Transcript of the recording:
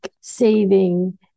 saving